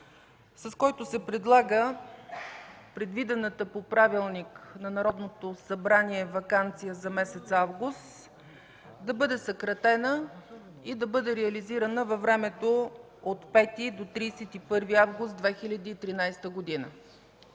с който се предлага предвидената по правилника на Народното събрание ваканция за месец август да бъде съкратена и да бъде реализирана във времето от 5 до 31 август 2013 г.